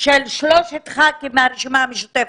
של שלושה ח"כים מהרשימה המשותפת,